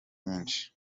nyinshi